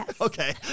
Okay